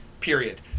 Period